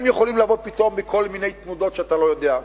הם יכולים לבוא פתאום מכל מיני תנודות שאתה לא יודע,